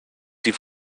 die